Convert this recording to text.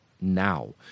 now